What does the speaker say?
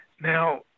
Now